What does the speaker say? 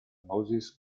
moses